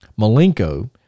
Malenko